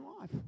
life